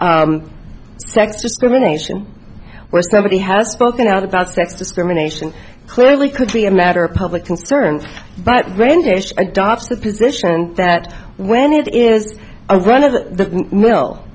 sex discrimination where somebody has spoken out about sex discrimination clearly could be a matter of public concerns but brandish adopts the position that when it is a run of the mill